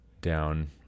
down